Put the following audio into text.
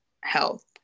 health